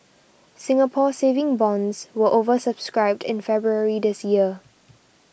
Singapore Saving Bonds were over subscribed in February this year